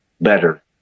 better